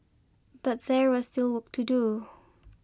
but there was still work to do